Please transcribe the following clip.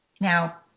now